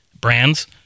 brands